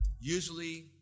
Usually